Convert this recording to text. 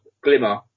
glimmer